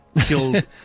Killed